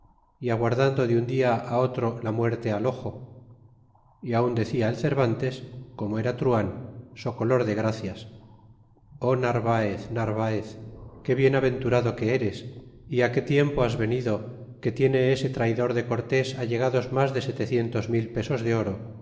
y aguardando de un dia á otro la muerte al ojo y aun decia el cervantes como era truhan socolor de gracias ó narvaez narvaez que bien aventurado que eres é á que tiempo has venido que tiene ese traidor de cortés allegados mas de setecientos mil pesos de oro